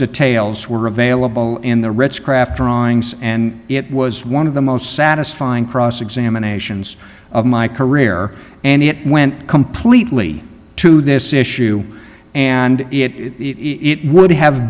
details were available in the ritz craft drawings and it was one of the most satisfying cross examinations of my career and it went completely to this issue and it would have